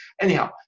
Anyhow